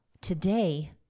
today